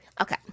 okay